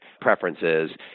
preferences